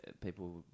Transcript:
people